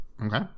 Okay